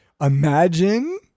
Imagine